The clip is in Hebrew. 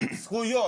זכויות,